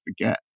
forget